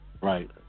right